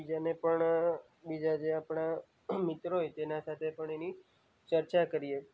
બીજાને પણ બીજા જે આપણા મિત્રો હોય તેના સાથે પણ તેની ચર્ચા કરીએ